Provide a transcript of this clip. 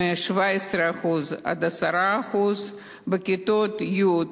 מ-17% ירדה ל-10%; בכיתות י',